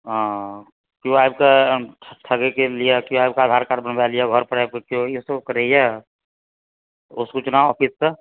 ओ केओ आबि कऽ ठगी के लिये कि आबि कऽ आधार कार्ड बनबा लिअ घर पर आबि कऽ केओ करैया ओ सूचना ऑफिसके